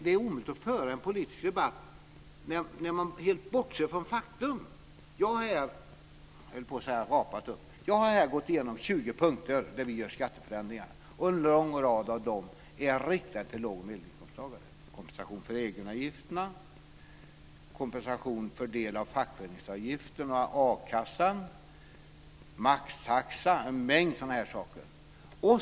Det är omöjligt att föra en politisk debatt när det helt bortses från fakta. Jag har här gått igenom 20 punkter där vi gör skatteförändringar, och en lång rad av dem är riktade till låg och medelinkomsttagare: En mängd sådana saker.